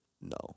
No